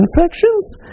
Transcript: infections